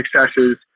successes